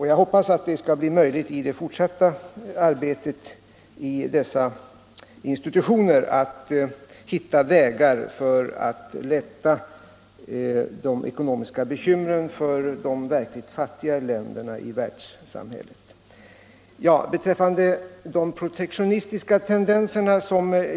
Jag hoppas att det i det fortsatta arbetet i dessa institutioner skall bli möjligt att hitta vägar för att lätta de ekonomiska bekymren för de verkligt fattiga länderna i världssamhället.